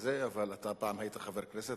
אבל אתה פעם היית חבר כנסת,